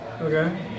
Okay